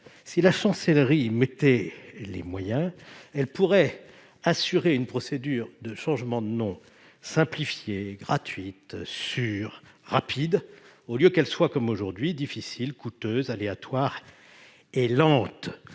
si la Chancellerie y consacrait les moyens nécessaires, elle pourrait garantir une procédure de changement de nom simplifiée, gratuite, sûre, rapide au lieu que celle-ci soit, comme aujourd'hui, difficile, coûteuse aléatoire et lente.